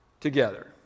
together